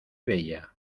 bella